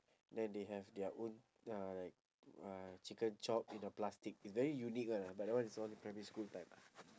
then they have their own uh like uh chicken chop in a plastic it's very unique [one] ah but that one is all primary school time ah